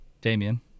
damien